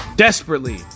Desperately